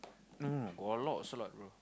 no got a lot also lot bro